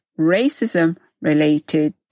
racism-related